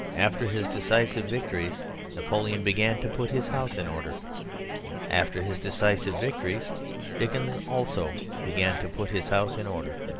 after his decisive victories napoleon began to put his house in order after his decisive victories dickens also began to put his house in order.